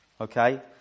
Okay